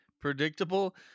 predictable